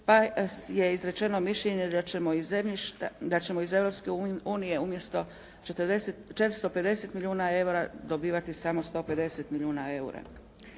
pa je izrečeno mišljenje da ćemo iz Europske unije umjesto 450 milijuna eura dobivati samo 150 milijuna eura.